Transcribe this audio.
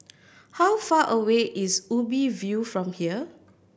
how far away is Ubi View from here